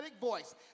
voice